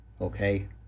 okay